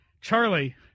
Charlie